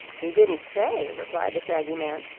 he didn't say, replied the shaggy man,